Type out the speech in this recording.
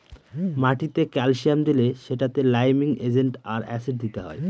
মাটিতে ক্যালসিয়াম দিলে সেটাতে লাইমিং এজেন্ট আর অ্যাসিড দিতে হয়